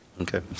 Okay